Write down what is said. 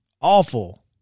Awful